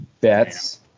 bets